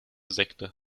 sekte